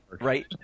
right